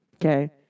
okay